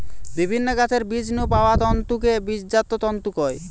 বিভিন্ন গাছের বীজ নু পাওয়া তন্তুকে বীজজাত তন্তু কয়